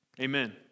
Amen